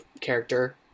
character